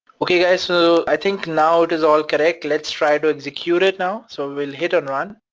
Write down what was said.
okay guys, so i think now it is all correct, let's try to execute it now. so we'll hit on run.